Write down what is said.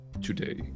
today